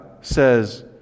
says